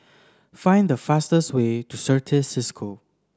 find the fastest way to Certis Cisco